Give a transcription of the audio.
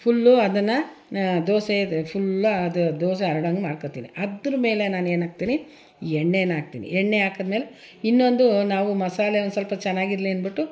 full ಅದನ್ನು dosa full ಅದು ದೋಸೆ ಹರಡು ಹಂಗೆ ಮಾಡ್ಕೊಳ್ತೀನಿ ಅದ್ರ್ಮೇಲೆ ನಾನು ಏನು ಹಾಕ್ತೀನಿ ಎಣ್ಣೆನ ಹಾಕ್ತೀನಿ ಎಣ್ಣೆ ಹಾಕಿದ್ಮೇಲೆ ಇನ್ನೊಂದು ನಾವು ಮಸಾಲೆ ಒಂದು ಸ್ವಲ್ಪ ಚೆನ್ನಾಗಿರ್ಲಿ ಅಂದ್ಬಿಟ್ಟು